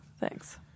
Thanks